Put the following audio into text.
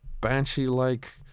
Banshee-like